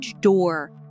door